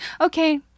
Okay